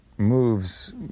moves